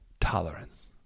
Tolerance